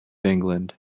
england